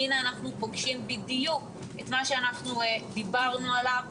כי אנחנו פוגשים בדיוק את מה שדיברנו עליו.